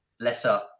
lesser